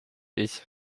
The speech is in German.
ich